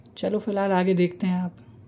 चलो फिलहाल आगे देखते हैं आप